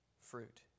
fruit